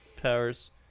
powers